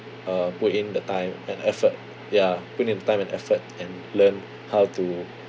uh put in the time and effort ya put in the time and effort and learn how to